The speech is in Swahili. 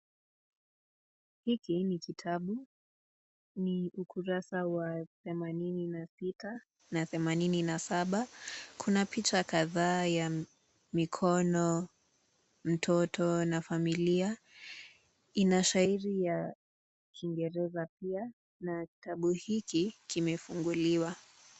Hiki ni kitabu. Ni ukurasa wa 86 na 87. Kuna picha kadhaa ya mikono, mtoto na familia. Ina shairi ya kiingereza pia na kitabu hiki kimefunguliwa.